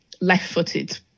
left-footed